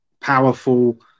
powerful